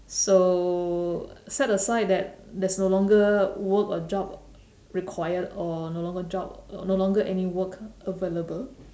so set aside that there's no longer work or job required or no longer job no longer any work available